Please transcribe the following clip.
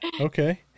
Okay